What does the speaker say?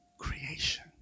creation